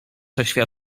jeszcze